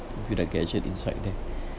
with their gadget inside there